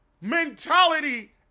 mentality